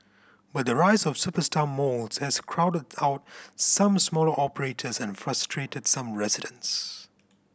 but the rise of superstar malls has crowded out some smaller operators and frustrated some residents